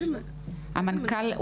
איזה מנכ"ל?